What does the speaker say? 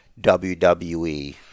WWE